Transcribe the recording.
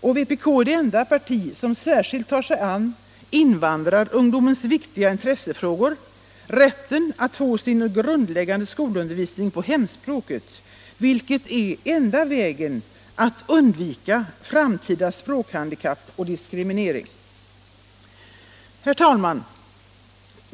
Och vpk är det enda parti som särskilt tar sig an invandrarungdomens viktiga intressefråga: rätten att få sin grundläggande skolundervisning på hemspråket — vilket är enda vägen att undvika framtida språkhandikapp och diskriminering. Herr talman!